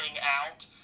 out